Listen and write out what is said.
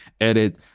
edit